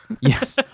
Yes